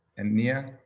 and nia?